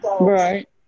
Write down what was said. Right